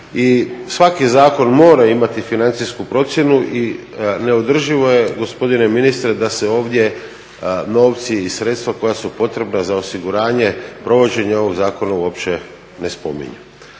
svaki zakon mora imati financijsku procjenu i neodrživo je gospodine ministre da se ovdje novci i sredstva koja su potrebna za osiguranje provođenja ovog zakona uopće ne spominju.